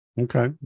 Okay